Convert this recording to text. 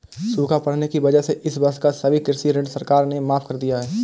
सूखा पड़ने की वजह से इस वर्ष का सभी कृषि ऋण सरकार ने माफ़ कर दिया है